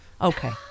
Okay